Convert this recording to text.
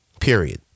Period